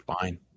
Fine